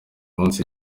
munsi